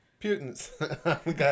Putin's